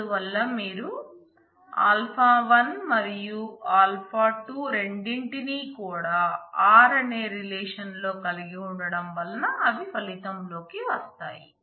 అందువల్ల మీరు α 1 మరియు α 2 రెండింటిని కూడా r అనే రిలేషన్లో కలిగి ఉండటం వల్ల అవి ఫలితం లోకి వస్తాయి